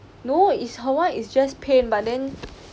no is her one is just pain but then